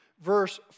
verse